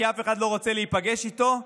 כי אף אחד לא רוצה להיפגש איתו,